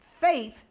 faith